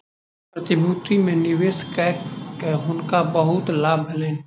प्रतिभूति में निवेश कय के हुनका बहुत लाभ भेलैन